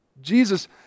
Jesus